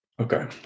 Okay